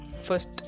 first